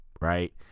right